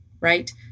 right